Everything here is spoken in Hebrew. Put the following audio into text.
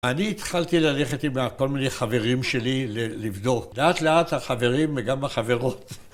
אני התחלתי ללכת עם כל מיני חברים שלי לבדוק. לאט לאט החברים וגם החברות